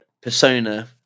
Persona